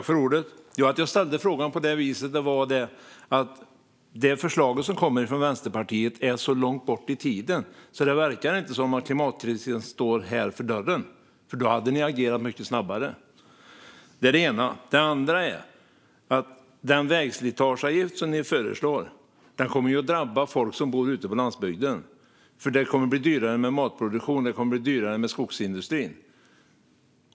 Fru talman! Att jag ställde frågan på det viset var för att det som förslaget som kommer från Vänsterpartiet handlar om är så långt bort i tiden att det inte verkar som att klimatkrisen står för dörren. Då hade ni agerat mycket snabbare. Det är det ena. Det andra är att den vägslitageavgift som ni föreslår kommer att drabba folk som bor ute på landsbygden, för det kommer att bli dyrare med matproduktion och med skogsindustri.